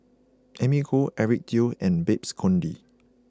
Amy Khor Eric Teo and Babes Conde